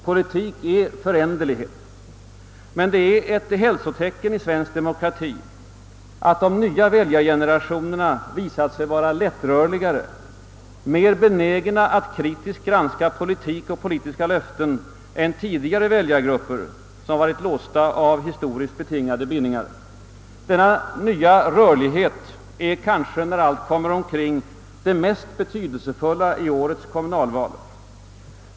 Politik är föränderlighet. Men det är ett hälsotecken i svensk demokrati att de nya väljargenerationerna visat sig vara lättrörligare, mera benägna att kritiskt granska politik och politiska löften än tidigare väljargrupper, som varit låsta i historiskt betingade bindningar. Denna nya rörlighet är kanske, när allt kommer omkring, det mest betydelsefulla i årets kommunalval.